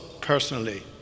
personally